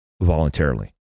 voluntarily